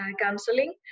counseling